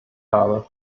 habe